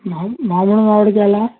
మా మామూలు మామిడికాయలా